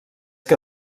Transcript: que